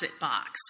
box